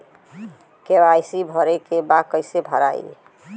KYC भरे के बा कइसे भराई?